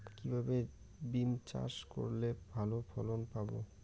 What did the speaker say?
কিভাবে বিম চাষ করলে ভালো ফলন পাব?